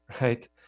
right